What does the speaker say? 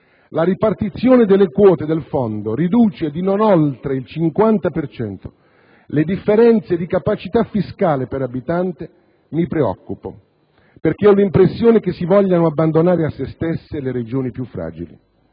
«la ripartizione delle quote del Fondo riduce di non oltre il 50 per cento le differenze di capacità fiscale per abitante», mi preoccupo, perché ho l'impressione che si vogliano abbandonare a se stesse le Regioni più fragili.